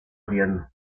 haciendo